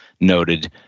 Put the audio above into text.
noted